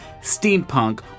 steampunk